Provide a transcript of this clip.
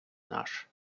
наш